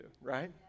right